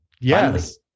yes